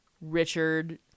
Richard